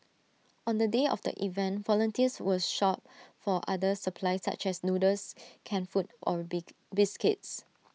on the day of the event volunteers will shop for other supplies such as noodles canned food or big biscuits